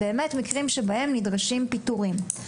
מקרים שבהם באמת נדרשים פיטורים.